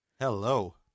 Hello